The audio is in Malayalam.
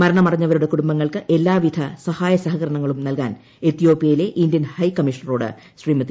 മരണമടഞ്ഞവരുടെ കുടുംബങ്ങൾക്ക് എല്ലാ വിധ സഹായ സഹകരണങ്ങളും നല്കാൻ എത്യോപ്യയിലെ ഇന്ത്യൻ ഹൈ കമ്മീഷണറോട് ശ്രീമതി